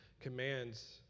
commands